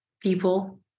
people